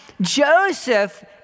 Joseph